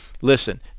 Listen